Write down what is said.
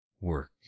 work